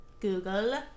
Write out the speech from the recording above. Google